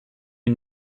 une